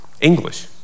English